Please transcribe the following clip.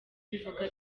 bivuga